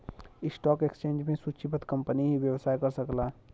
stock exchange में सूचीबद्ध company ही व्यापार कर सकला